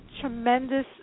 tremendous